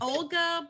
Olga